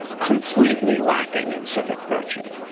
completely lacking in civic virtue?